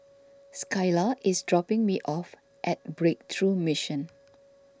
Skyla is dropping me off at Breakthrough Mission